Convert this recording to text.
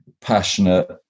passionate